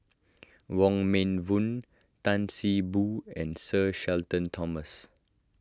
Wong Meng Voon Tan See Boo and Sir Shenton Thomas